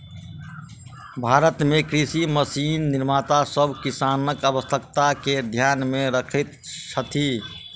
भारत मे कृषि मशीन निर्माता सभ किसानक आवश्यकता के ध्यान मे रखैत छथि